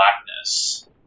blackness